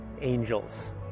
angels